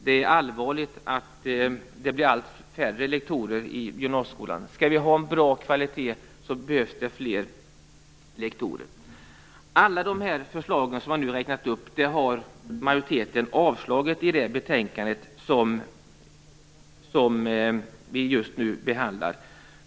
Det är allvarligt att det blir allt färre lektorer i gymnasieskolan. Skall vi ha en bra kvalitet, behövs det fler lektorer. Alla de förslag jag nu har räknat upp, har majoriteten avslagit i det betänkande vi nu behandlar.